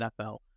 NFL